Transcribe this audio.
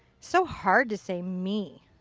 so hard to say me.